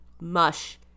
mush